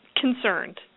concerned